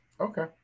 Okay